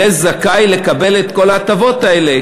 יהיה זכאי לקבל את כל ההטבות האלה,